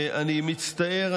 אני מצטער.